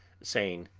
saying